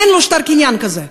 אין לו שטר קניין כזה,